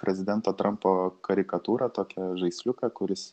prezidento trampo karikatūrą tokį žaisliuką kuris